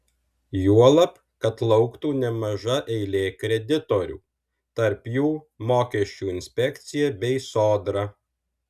juolab kad lauktų nemaža eilė kreditorių tarp jų mokesčių inspekcija bei sodra